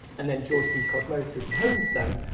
and then george p. cosmatos' tombstone,